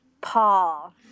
Paul